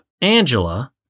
Angela